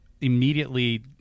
immediately